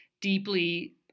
deeply